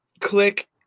click